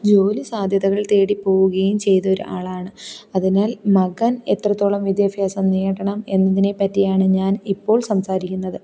ജോലി സാധ്യതകള് തേടിപ്പോവുകയും ചെയ്ത ഒരാളാണ് അതിനാല് മകന് എത്രത്തോളം വിദ്യാഭ്യാസം നേടണം എന്നതിനെപ്പറ്റിയാണ് ഞാന് ഇപ്പോള് സംസാരിക്കുന്നത്